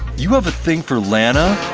you have a thing for lana! oh